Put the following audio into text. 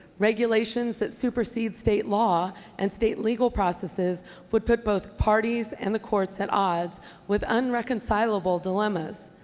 regulations that supersede state law and state legal processes would put both parties and the courts at odds with un-reconcilable dilemmas.